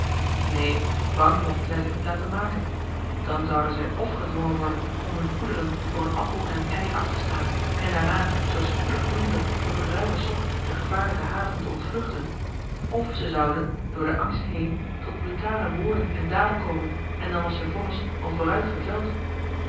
neen bang mochten zij zich niet laten maken dan zouden zij f gedwongen worden om hun goederen voor een appel en een ei af te staan en daarna zoo spoedig doenlijk op het ruime sop de gevaarlijke haven te ontvluchten f ze zouden door den angst heen tot brutale woorden en daden komen en dan was hun vonnis al vooruit geveld